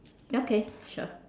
okay sure